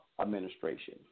administration